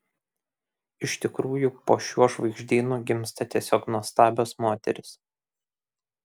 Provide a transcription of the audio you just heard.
iš tikrųjų po šiuo žvaigždynu gimsta tiesiog nuostabios moterys